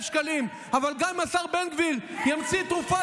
נחתם הסכם שכר עם האוצר לתוספת 1,000 שקלים לשוטרים